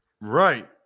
Right